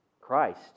Christ